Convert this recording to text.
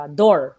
door